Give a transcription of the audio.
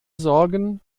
sorgen